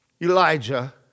Elijah